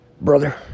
Brother